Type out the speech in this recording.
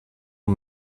nur